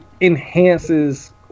enhances